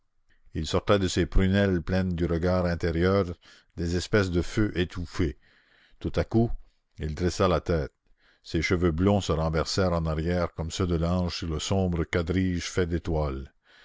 il sortait de ses prunelles pleines du regard intérieur des espèces de feux étouffés tout à coup il dressa la tête ses cheveux blonds se renversèrent en arrière comme ceux de l'ange sur le sombre quadrige fait d'étoiles